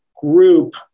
group